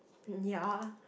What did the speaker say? mm ya